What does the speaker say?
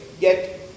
get